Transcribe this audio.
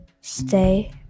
stay